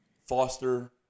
Foster